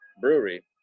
brewery